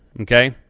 okay